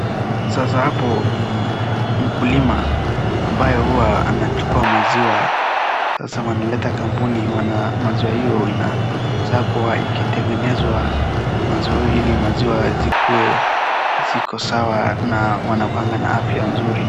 Sasa hapo ni mkulima ambayo huwa anachukua maziwa, sasa wanaleta kampuni, maziwa hiyo inasakwa ikitengenezwa waziwa, ili maziwa ziwe ziko sawa na wanakuanga na afya nzuri.